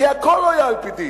כי הכול לא היה על-פי דין.